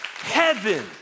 heaven